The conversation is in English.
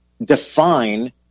define